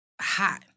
hot